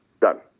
Done